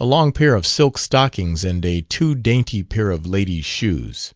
a long pair of silk stockings and a too dainty pair of ladies' shoes.